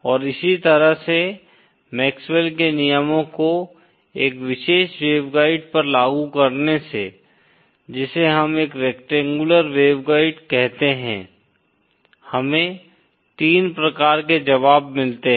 और इसी तरह से मैक्सवेल के नियमों को एक विशेष वेवगाइड पर लागू करने से जिसे हम एक रेक्टेंगुलर वेवगाइड कहते हैं हमें तीन प्रकार के जवाब मिलते हैं